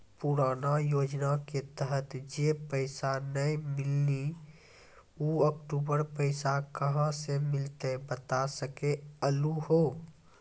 पुराना योजना के तहत जे पैसा नै मिलनी ऊ अक्टूबर पैसा कहां से मिलते बता सके आलू हो?